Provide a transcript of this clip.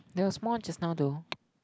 there was more just now though